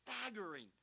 staggering